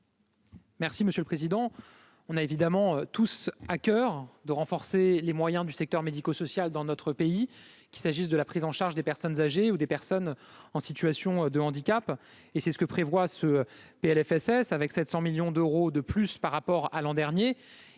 Merci monsieur le président, on a évidemment tous à coeur de renforcer les moyens du secteur médico-social dans notre pays, qu'il s'agisse de la prise en charge des personnes âgées ou des personnes en situation de handicap et c'est ce que prévoit ce Plfss avec 700 millions d'euros de plus par rapport à l'an dernier